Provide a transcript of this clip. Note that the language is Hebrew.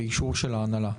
באישור של ההנהלה.